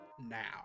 Now